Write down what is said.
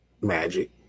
magic